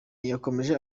yakomeje